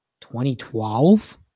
2012